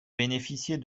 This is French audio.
bénéficiez